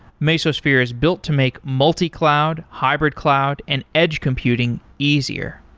mesosphere is built to make multi-cloud, hybrid-cloud and edge computing easier.